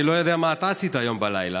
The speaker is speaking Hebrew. אני לא יודע מה אתה עשית היום בלילה,